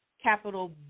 capital